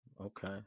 Okay